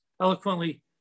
eloquently